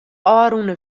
ôfrûne